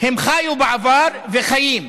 הם חיו בעבר, וחיים.